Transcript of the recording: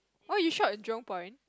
oh you shop at Jurong-Point